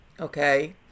okay